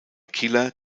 killer